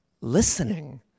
listening